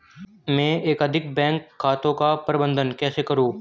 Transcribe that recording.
मैं एकाधिक बैंक खातों का प्रबंधन कैसे करूँ?